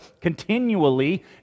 continually